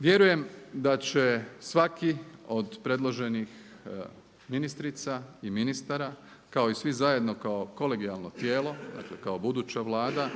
Vjerujem da će svaki od predloženih ministrica i ministara kao i svi zajedno kao kolegijalno tijelo, dakle kao buduća Vlada